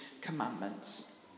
commandments